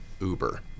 Uber